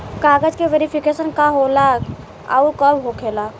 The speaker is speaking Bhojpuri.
कागज के वेरिफिकेशन का हो खेला आउर कब होखेला?